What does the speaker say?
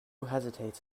hesitates